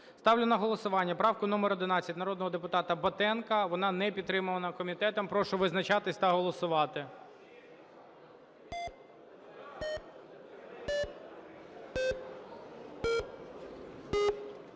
Ставлю на голосування правку номер 11 народного депутата Батенка. Вона не підтримана комітетом. Прошу визначатись та голосувати.